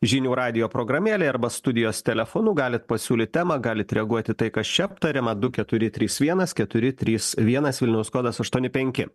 žinių radijo programėlėj arba studijos telefonu galit pasiūlyt temą galit reaguot į tai kas čia aptariama du keturi trys vienas keturi trys vienas vilniaus kodas aštuoni penki